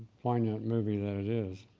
poignant movie that it is.